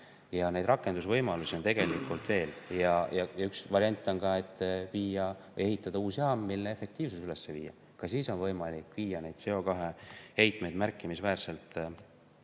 Ja neid rakendusvõimalusi on tegelikult veel. Üks variant on ehitada uus jaam, mille efektiivsus üles viia. Ka siis on võimalik viia CO2-heitmeid märkimisväärselt